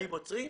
האם עוצרים,